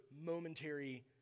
momentary